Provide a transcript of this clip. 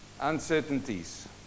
Uncertainties